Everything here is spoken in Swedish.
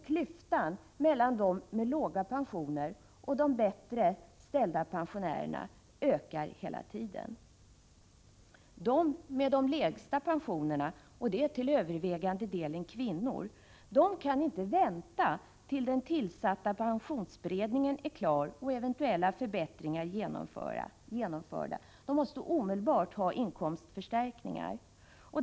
Klyftan mellan de pensionärer som har låg pension och de pensionärer som är välbeställda ökar hela tiden. De som har de lägsta pensionerna - till övervägande delen gäller det kvinnor — kan inte vänta ända till dess att den tillsatta pensionsberedningen är klar med sitt arbete och eventuella förbättringar genomförts. De måste omedelbart få inkomstförstärkningar.